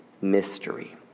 mystery